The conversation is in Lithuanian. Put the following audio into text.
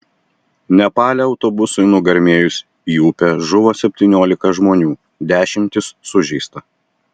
nepale autobusui nugarmėjus į upę žuvo septyniolika žmonių dešimtys sužeista